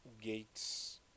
Gates